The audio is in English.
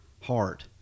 heart